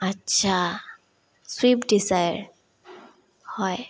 আচ্ছা Swift Dzire হয়